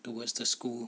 towards the school